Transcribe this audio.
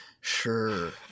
Sure